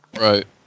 right